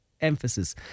emphasis